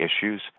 issues